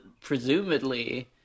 presumably